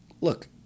look